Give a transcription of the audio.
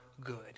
good